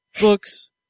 books